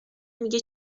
میگه